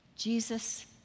Jesus